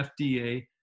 FDA